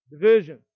division